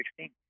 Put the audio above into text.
2016